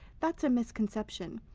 that's a misconception.